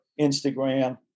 Instagram